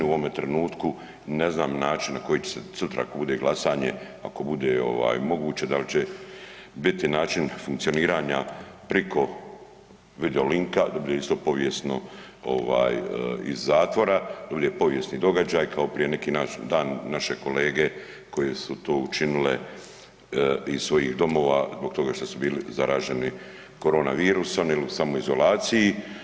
U ovome trenutku ne znam način na koji će se sutra ako bude glasanje, ako bude moguće da li će biti način funkcioniranja priko videolinka … povijesno iz zatvora, ovo je povijesni događaj kao prije neki dan naše kolege koje su to učinile iz svojih domova zbog toga što su bili zaraženi koronavirusom ili su u samoizolaciji.